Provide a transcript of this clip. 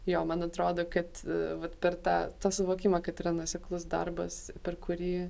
jo man atrodo kad vat per tą tą suvokimą kad yra nuoseklus darbas per kurį